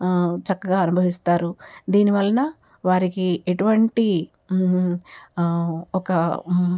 చక్కగా అనుభవిస్తారు దీని వలన వారికి ఎటువంటి ఒక